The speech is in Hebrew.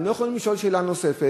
הם לא יכולים לשאול שאלה נוספת,